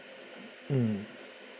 mm